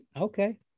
Okay